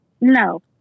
No